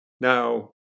Now